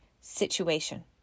situation